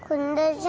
and